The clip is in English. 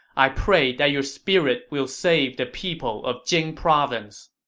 i pray that your spirit will save the people of jing province!